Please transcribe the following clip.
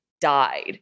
died